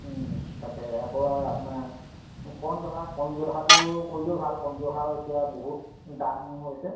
তাকে আকৌ আপোনাৰ কণজহা কণজহাটো কৰিলেও ভাল কণজহাৰ এতিয়া বহুত দাম হৈছে